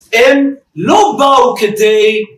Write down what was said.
הם לא באו כדי